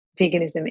veganism